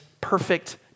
perfect